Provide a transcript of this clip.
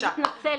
אני מתנצלת.